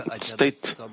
state